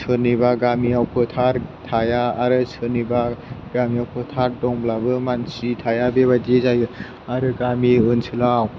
सोरनिबा गामियाव फोथार थाया आरो सोरनिबा गामियाव फोथार दंब्लाबो मानसि थाया बेबायदि जायो आरो गामि ओनसोलाव